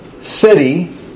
city